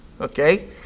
okay